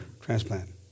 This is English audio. transplant